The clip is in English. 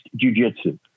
jujitsu